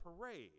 parade